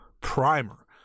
Primer